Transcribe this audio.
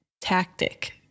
tactic